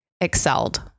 excelled